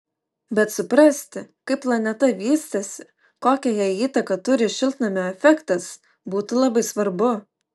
bet suprasti kaip planeta vystėsi kokią jai įtaką turi šiltnamio efektas būtų labai svarbu